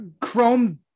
Chrome